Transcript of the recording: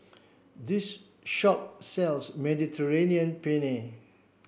this shop sells Mediterranean Penne